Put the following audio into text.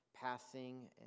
passing